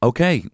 Okay